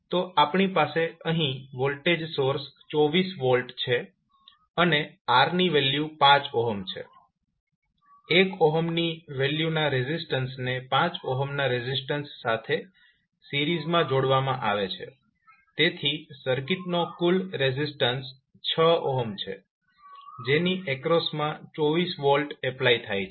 તો આપણી પાસે અહીં વોલ્ટેજ સોર્સ 24 V છે અને R ની વેલ્યુ 5 છે 1 ની વેલ્યુના રેઝિસ્ટન્સને 5 ના રેઝિસ્ટન્સ સાથે સિરીઝ જોડવામાં આવે છે તેથી સર્કિટનો કુલ રેઝિસ્ટન્સ 6 છે જેની એક્રોસમાં 24 V એપ્લાય થાય છે